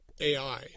AI